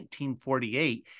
1948